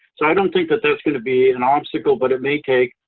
so i don't think that that's going to be an obstacle, but it may take,